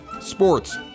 sports